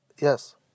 Yes